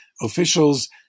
officials